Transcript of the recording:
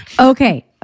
Okay